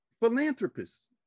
philanthropists